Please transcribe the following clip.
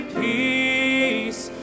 peace